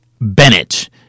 Bennett